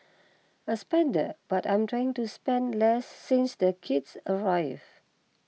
a spender but I'm trying to spend less since the kids arrived